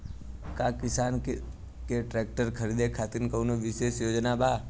का किसान के ट्रैक्टर खरीदें खातिर कउनों विशेष योजना बा?